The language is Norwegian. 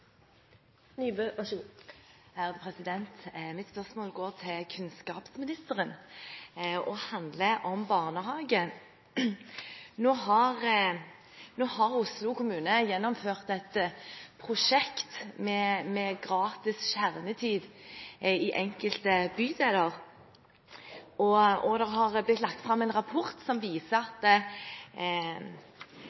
Mitt spørsmål går til kunnskapsministeren og handler om barnehage. Oslo kommune har gjennomført et prosjekt med gratis kjernetid i enkelte bydeler, og det har blitt lagt fram en rapport som viser